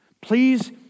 Please